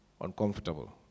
uncomfortable